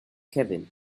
kevin